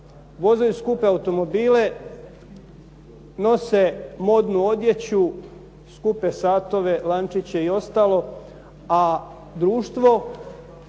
vozaju skupe automobile, noše modnu odjeću, skupe satove, lančiće i ostalo a društvo,